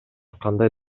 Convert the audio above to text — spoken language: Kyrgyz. кандай